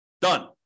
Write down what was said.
Done